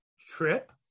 trip